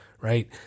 right